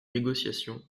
négociations